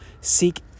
seek